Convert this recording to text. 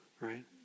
right